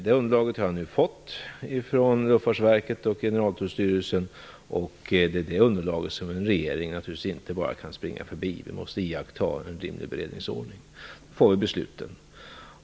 Detta underlag har jag nu fått från Luftfartsverket och Generaltullstyrelsen. Detta underlag kan en regering naturligtvis inte bara springa förbi. Vi måste iaktta en rimlig beredningsordning före besluten.